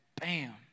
bam